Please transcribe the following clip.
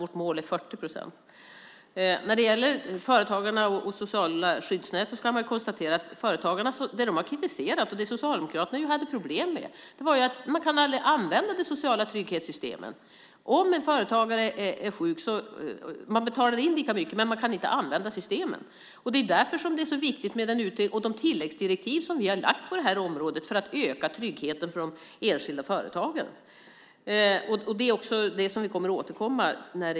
Vårt mål är 40 procent. När det gäller företagarna och det sociala skyddsnätet ska man konstatera att det företagarna har kritiserat, och det Socialdemokraterna ju hade problem med, var att man aldrig kan använda de sociala trygghetssystemen, till exempel om man som företagare är sjuk. Man betalar in lika mycket, men man kan inte använda systemen. Det är därför det är så viktigt med en utredning och de tilläggsdirektiv som vi har lämnat på det här området för att öka tryggheten för de enskilda företagen. Där kommer vi också att återkomma.